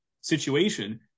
situation